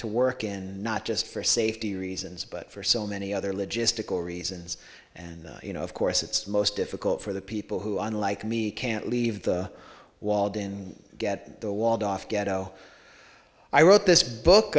to work in not just for safety reasons but for so many other logistical reasons and you know of course it's most difficult for the people who are like me can't leave the walled in get the walled off ghetto i wrote this book